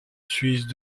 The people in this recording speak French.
suisse